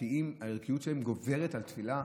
הערכיות שלהם גוברת על תפילה.